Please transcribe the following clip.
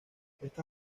está